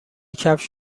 کفش